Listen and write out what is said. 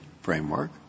framework